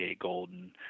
Golden